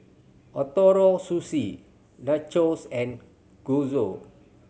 Ootoro Sushi Nachos and